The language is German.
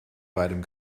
beidem